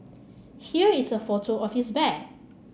here is a photo of his bag